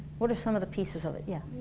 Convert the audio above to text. what are some of the pieces of it? yeah?